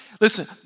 Listen